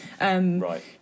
Right